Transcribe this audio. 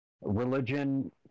religion